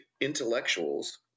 intellectuals